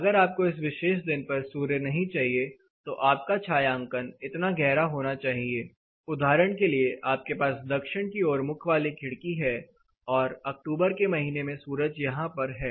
अगर आपको इस विशेष दिन पर सूर्य नहीं चाहिए तो आप का छायांकन इतना गहरा होना चाहिए उदाहरण के लिए आपके पास दक्षिण की ओर मुख वाली खिड़की है और अक्टूबर के महीने में सूरज यहां पर है